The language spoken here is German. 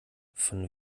von